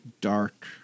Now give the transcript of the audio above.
dark